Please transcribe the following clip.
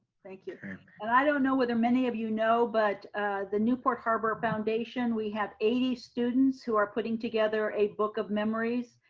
thank you. and i don't know whether many of you know but the newport harbor foundation, we have eighty students who are putting together a book of memories,